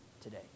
today